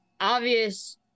obvious